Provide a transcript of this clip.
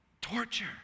torture